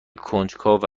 کنجکاو